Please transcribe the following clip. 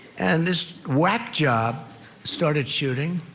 and this whack job started shooting.